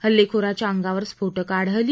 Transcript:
हल्लेखोराच्या अंगावर स्फोटकं आ ळ ली